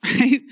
Right